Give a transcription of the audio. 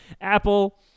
Apple